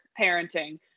parenting